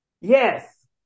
yes